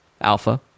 alpha